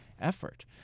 effort